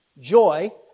Joy